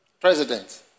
President